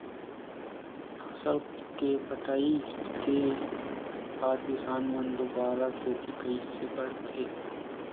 फसल के कटाई के बाद किसान मन दुबारा खेती कइसे करथे?